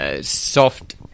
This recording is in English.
soft